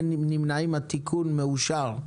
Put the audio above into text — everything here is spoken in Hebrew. פה אחד, אין נמנעים התיקון מאושר.